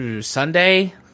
Sunday